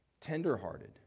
tenderhearted